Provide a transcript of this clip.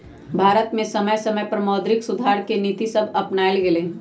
भारत में समय समय पर मौद्रिक सुधार के नीतिसभ अपानाएल गेलइ